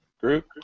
group